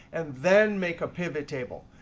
and then make a pivot table.